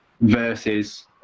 versus